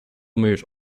moved